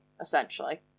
essentially